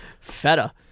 Feta